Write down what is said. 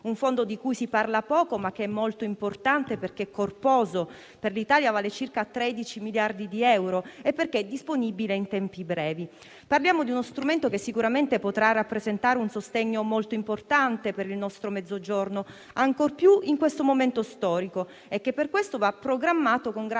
un fondo di cui si parla poco, ma che è molto importante, perché è corposo (per l'Italia vale circa 13 miliardi di euro) e perché è disponibile in tempi brevi. Parliamo di uno strumento che sicuramente potrà rappresentare un sostegno molto importante per il nostro Mezzogiorno, ancor più in questo momento storico, e per questo va programmato con grande